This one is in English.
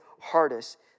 hardest